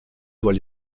doit